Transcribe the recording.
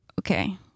Okay